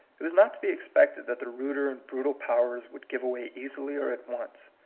it was not to be expected that the ruder and brutal powers would give way easily or at once.